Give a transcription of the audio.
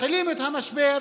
מתחילים את המשבר